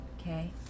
okay